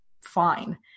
fine